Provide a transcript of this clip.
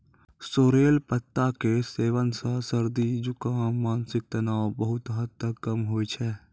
sorrel पत्ता के सेवन सॅ सर्दी, जुकाम, मानसिक तनाव बहुत हद तक कम होय छै